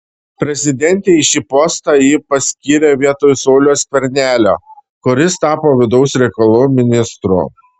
prezidentė į šį postą jį paskyrė vietoj sauliaus skvernelio kuris tapo vidaus reikalų ministru